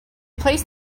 placed